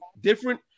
different